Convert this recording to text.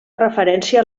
referència